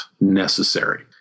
necessary